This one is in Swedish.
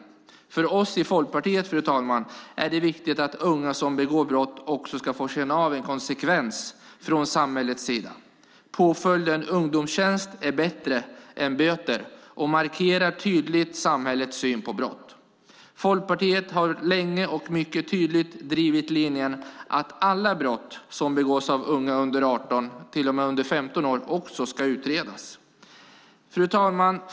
För oss i Folkpartiet, fru talman, är det viktigt att unga som begår brott också ska få känna av en konsekvens från samhällets sida. Påföljden ungdomstjänst är bättre än böter och markerar tydligt samhällets syn på brott. Folkpartiet har länge och mycket tydligt drivit linjen att alla brott som begås av unga under 18 år, till och med under 15 år, också ska utredas. Fru talman!